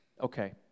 Okay